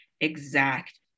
exact